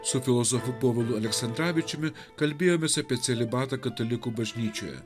su filosofu povilu aleksandravičiumi kalbėjomės apie celibatą katalikų bažnyčioje